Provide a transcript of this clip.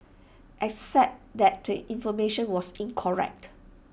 except that the information was incorrect